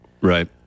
Right